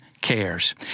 cares